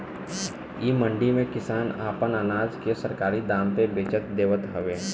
इ मंडी में किसान आपन अनाज के सरकारी दाम पे बचत देवत हवे